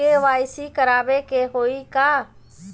KYC करावे के होई का?